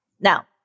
Now